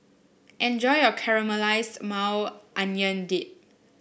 enjoy your Caramelized Maui Onion Dip